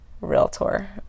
Realtor